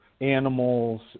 animals